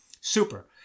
Super